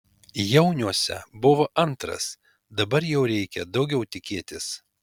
jauniuose buvau antras dabar jau reikia daugiau tikėtis